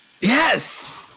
Yes